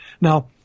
Now